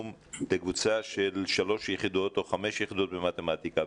לקבוצה של שלוש יחידות או חמש יחידות במתמטיקה,